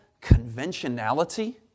conventionality